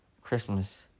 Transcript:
Christmas